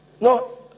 No